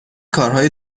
کارهای